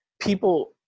people